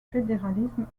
fédéralisme